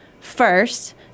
first